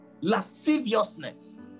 lasciviousness